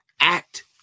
act